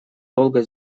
долго